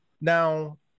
now